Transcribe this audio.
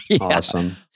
Awesome